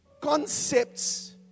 Concepts